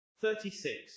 Thirty-six